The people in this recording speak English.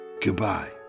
Goodbye